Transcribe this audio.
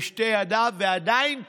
בשתי ידיו, ועדיין פעיל,